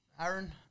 Aaron